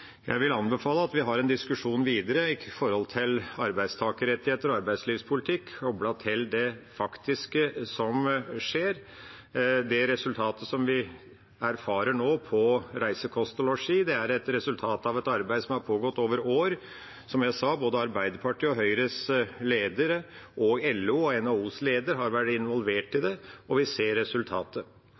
Jeg vil anbefale at vi har en diskusjon videre om arbeidstakerrettigheter og arbeidslivspolitikk koblet til det som faktisk skjer. Det resultatet vi nå erfarer for reise, kost og losji, er et resultat av et arbeid som har pågått over år. Som jeg sa, har både Arbeiderpartiets og Høyres ledere og LOs og NHOs ledere vært involvert i det, og vi ser resultatet.